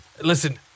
Listen